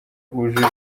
wujuje